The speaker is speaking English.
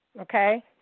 okay